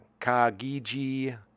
Kagiji